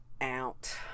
out